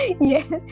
Yes